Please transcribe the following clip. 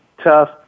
tough